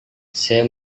saya